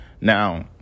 Now